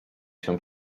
się